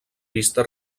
vista